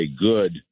good